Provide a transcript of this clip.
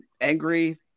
angry